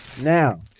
Now